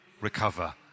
recover